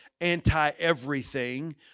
anti-everything